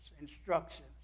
instructions